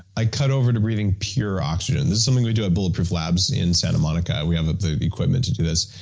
i cut over to breathing pure oxygen. this is something we do at bulletproof labs in santa monica. we have ah the equipment to do this,